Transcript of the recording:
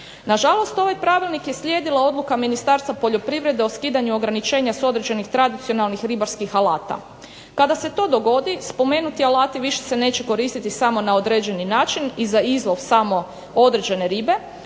Na žalost ovaj pravilnik je slijedila odluka Ministarstva poljoprivrede o skidanju ograničenja s određenih tradicionalnih ribarskih alata. Kada se to dogodi spomenuti alati više se neće koristiti samo na određeni način i za izlov samo određene ribe